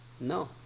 no